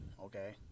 okay